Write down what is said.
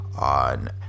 on